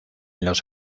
los